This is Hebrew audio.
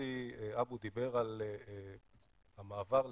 יוסי אבו דיבר על המעבר לפחם,